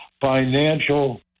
financial